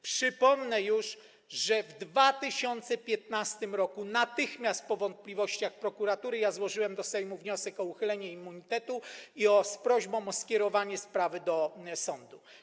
Przypomnę, że w 2015 r., natychmiast po wątpliwościach prokuratury, ja złożyłem do Sejmu wniosek o uchylenie immunitetu z prośbą o skierowanie sprawy do sądu.